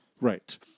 Right